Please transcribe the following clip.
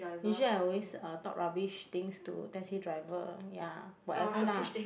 usually I always uh talk rubbish things to taxi driver ya whatever lah